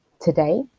today